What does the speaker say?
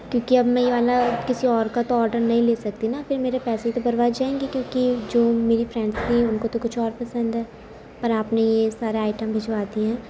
کیونکہ اب میں یہ والا کسی اور کا تو آرڈر نہیں لے سکتی نا پھر میرے پیسے تو برباد جائیں گے کیونکہ جو میری فرینڈس تھیں ان کو تو کچھ اور پسند ہے پر آپ نے یہ سارے آئٹم بھجوا دیے ہیں